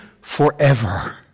forever